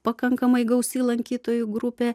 pakankamai gausi lankytojų grupė